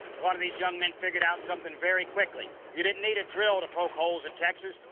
one of these young men figured out something very quickly, you didn't need a drill to poke holes in texas,